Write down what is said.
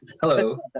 Hello